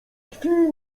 chwili